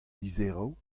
lizheroù